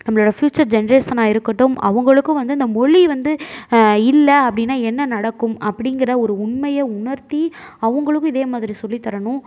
நம்மளுடைய ப்யூச்சர் ஜென்ரேஷனாக இருக்கட்டும் அவங்களுக்கும் வந்து இந்த மொழி வந்து இல்லை அப்படினா என்ன நடக்கும் அப்படிங்கிற ஒரு உண்மையை உணர்த்தி அவங்களுக்கும் இதே மாதிரி சொல்லித் தரணும்